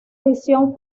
edición